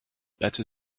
better